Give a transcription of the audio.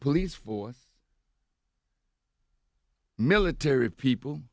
police force military people